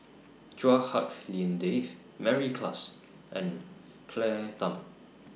Chua Hak Lien Dave Mary Klass and Claire Tham